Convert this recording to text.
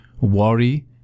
worry